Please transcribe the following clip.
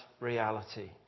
reality